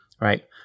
right